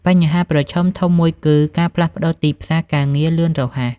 បញ្ហាប្រឈមធំមួយគឺ ការផ្លាស់ប្តូរទីផ្សារការងារលឿនរហ័ស។